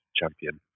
champion